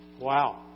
Wow